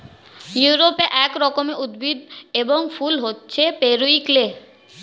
ইউরোপে এক রকমের উদ্ভিদ এবং ফুল হচ্ছে পেরিউইঙ্কেল